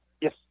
Yes